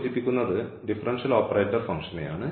സൂചിപ്പിക്കുന്നത് differential operator ഫംഗ്ഷനെയാണ്